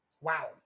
Wow